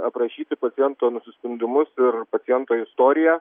aprašyti paciento nusiskundimus ir paciento istoriją